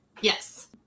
Yes